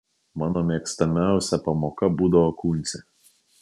mano mėgstamiausia pamoka būdavo kūncė